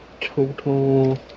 total